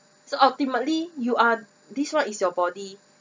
so ultimately you are this what is your body